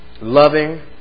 Loving